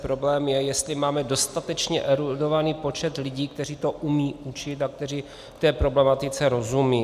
Problém je, jestli máme dostatečně erudovaný počet lidí, kteří to umějí učit a kteří té problematice rozumějí.